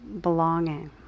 belonging